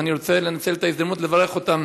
ואני רוצה לנצל את ההזדמנות לברך אותם,